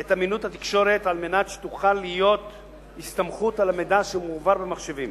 את אמינות התקשורת על מנת שתוכל להיות הסתמכות על המידע שמועבר במחשבים.